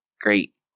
great